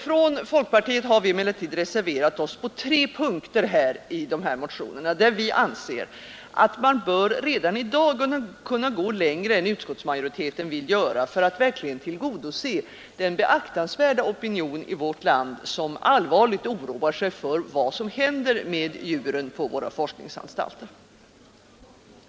Från folkpartiet har vi emellertid reserverat oss på tre punkter, där vi anser att man redan i dag bör kunna gå längre än utskottsmajoriteten vill göra för att verkligen tillgodose den beaktansvärda opinion i vårt land, som allvarligt oroar sig för vad som händer med djuren på våra forskningsanstalter.